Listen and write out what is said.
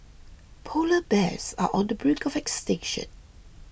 Polar Bears are on the brink of extinction